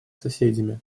соседями